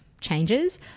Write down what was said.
changes